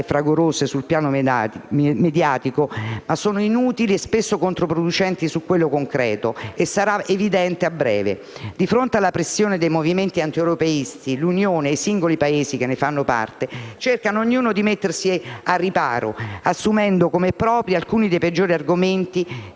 fragoroso sul piano mediatico, ma che sono inutili e spesso controproducenti su quello concreto, sarà evidente a breve. Di fronte alla pressione dei movimenti antieuropeisti, l'Unione e i singoli Paesi che ne fanno parte cercano di mettersi al riparo, assumendo come propri alcuni dei peggiori argomenti